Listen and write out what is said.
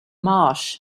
marsh